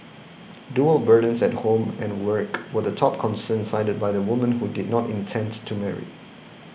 dual burdens at home and work were the top concern cited by the women who did not intend to marry